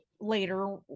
later